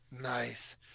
Nice